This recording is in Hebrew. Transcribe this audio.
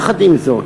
יחד עם זאת,